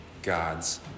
God's